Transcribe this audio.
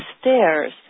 stairs